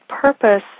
purpose